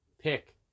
pick